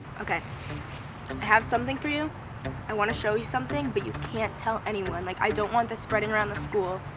okay, i have something for you i want to show you something, but you can't tell anyone like i don't want to spread it around the school